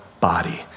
body